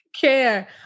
care